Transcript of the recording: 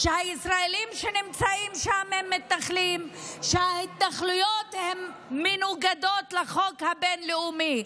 שהישראלים שנמצאים שם הם מתנחלים שההתנחלויות מנוגדות לחוק הבין-לאומי.